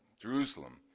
Jerusalem